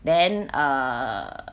then err